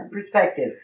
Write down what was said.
perspective